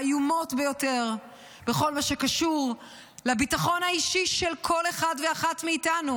האיומות ביותר בכל מה שקשור לביטחון האישי של כל אחד ואחת מאיתנו,